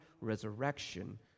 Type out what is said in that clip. resurrection